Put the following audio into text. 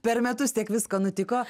per metus tiek visko nutiko